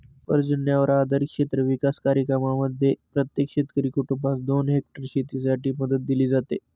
पर्जन्यावर आधारित क्षेत्र विकास कार्यक्रमांमध्ये प्रत्येक शेतकरी कुटुंबास दोन हेक्टर शेतीसाठी मदत दिली जाते